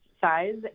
Size